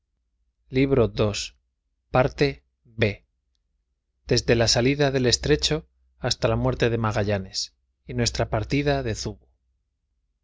libro ii desde ia salida del estrecho hasta la muerte de magallanes y nuestra partida de zubu